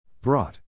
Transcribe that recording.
Brought